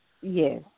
Yes